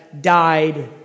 died